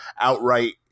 outright